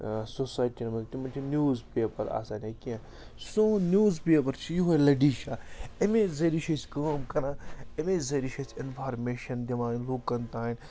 سوسایٹِیَن منٛز تِمَن چھِ نِوٕز پیپر آسان یا کیٚنٛہہ سون نِوٕز پیپر چھِ یِہوٚے لٔڈِشاہ اَمے ذٔریعہِ چھِ أسۍ کٲم کَران اَمے ذٔریعہِ چھِ أسۍ اِنفارمیشَن دِوان لُکَن تام